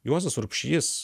juozas urbšys